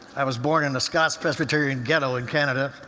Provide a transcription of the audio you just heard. i was born in a scots presbyterian ghetto in canada,